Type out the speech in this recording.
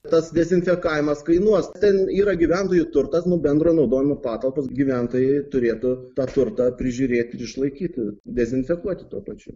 tas dezinfekavimas kainuos ten yra gyventojų turtas nu bendro naudojimo patalpos gyventojai turėtų tą turtą prižiūrėt ir išlaikyti dezinfekuoti tuo pačiu